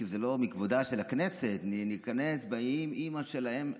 כי זה לא מכבודה של הכנסת: ניכנס באימ-אימא שלהם.